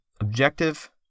objective